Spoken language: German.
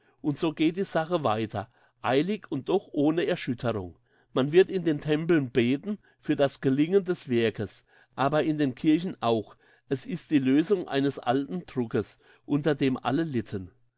und so geht die sache weiter eilig und doch ohne erschütterung man wird in den tempeln beten für das gelingen des werkes aber in den kirchen auch es ist die lösung eines alten druckes unter dem alle litten